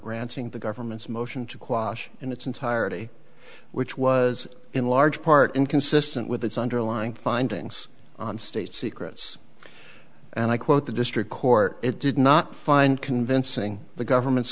granting the government's motion to quash in its entirety which was in large part inconsistent with its underlying findings on state secrets and i quote the district court it did not find convincing the government's